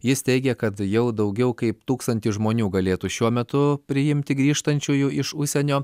jis teigė kad jau daugiau kaip tūkstantį žmonių galėtų šiuo metu priimti grįžtančiųjų iš užsienio